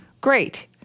great